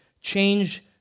change